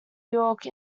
york